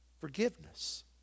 forgiveness